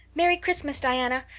merry christmas, diana!